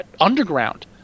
underground